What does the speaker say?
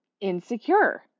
insecure